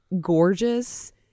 gorgeous